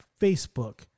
Facebook